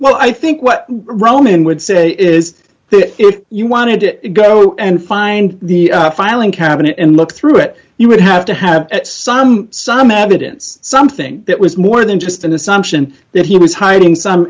well i think what roman would say is if you want to go and find the filing cabinet and look through it you would have to have some some evidence something that was more than just an assumption that he was hiding some